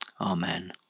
Amen